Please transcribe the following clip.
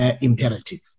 Imperative